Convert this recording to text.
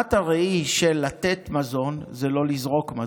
תמונת הראי של לתת מזון היא לא לזרוק מזון.